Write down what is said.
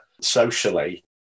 socially